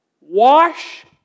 wash